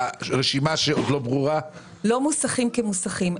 לא המוסכים כמוסכים.